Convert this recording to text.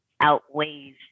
outweighs